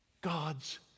God's